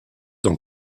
dans